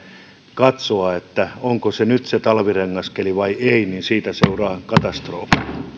katsoa onko nyt se talvirengaskeli vai ei niin siitä seuraa katastrofi